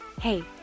hey